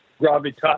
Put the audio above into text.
gravitas